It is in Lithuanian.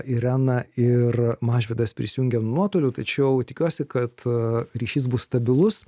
irena ir mažvydas prisijungė nuotoliu tačiau tikiuosi kad a ryšys bus stabilus